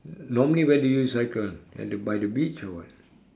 normally where do you cycle at the by the beach or what